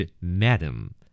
Madam